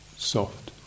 soft